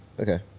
Okay